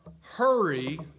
Hurry